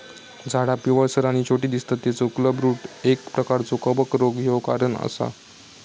झाडा पिवळसर आणि छोटी दिसतत तेचा क्लबरूट एक प्रकारचो कवक रोग ह्यो कारण असा